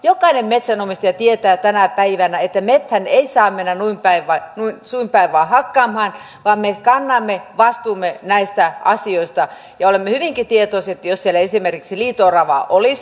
jokainen metsänomistaja tietää tänä päivänä että metsää ei saa mennä suin päin vain hakkaamaan vaan me kannamme vastuumme näistä asioista ja olemme hyvinkin tietoisia että jos siellä esimerkiksi liito oravaa olisi